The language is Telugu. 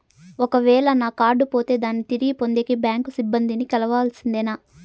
ఒక వేల నా కార్డు పోతే దాన్ని తిరిగి పొందేకి, బ్యాంకు సిబ్బంది ని కలవాల్సిందేనా?